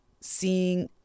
seeing